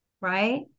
Right